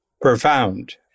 profound